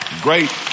great